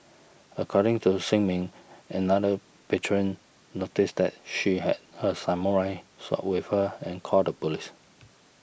according to Shin Min another patron noticed that she had a samurai sword with her and called the police